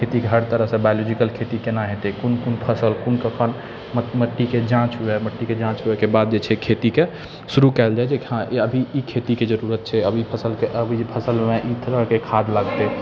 खेतीके हर तरहसँ बायोलॉजिकल खेती केना हेतै कोन कोन फसल कोन कखन मट्टीके जाँच हुये मट्टीके जाँच हुयेके बाद जे छै खेतीके शुरु कयल जाइ जे हँ अभी ई खेतीके जरुरत छै अभी फसल अभीके फसलमे ई तरहके खाद्य लागतै